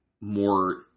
more